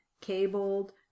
cabled